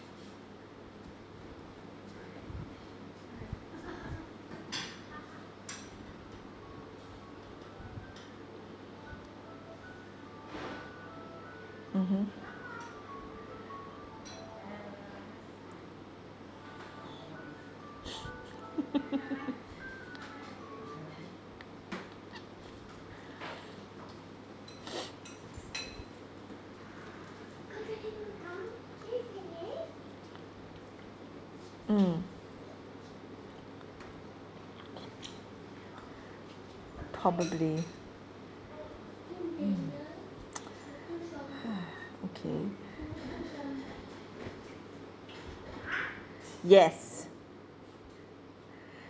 mmhmm mm probably okay yes